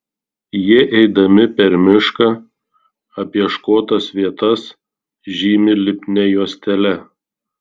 jie eidami per mišką apieškotas vietas žymi lipnia juostele